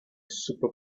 super